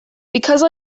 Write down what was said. because